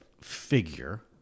figure